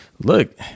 Look